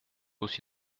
aussi